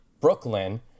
Brooklyn